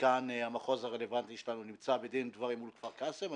כאן המחוז הרלוונטי שלנו נמצא בדין ודברים מול כפר קאסם.